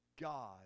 God